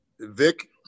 Vic